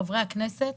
חברי הכנסת,